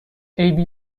عیبی